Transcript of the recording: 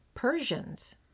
Persians